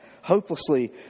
hopelessly